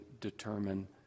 determine